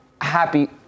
happy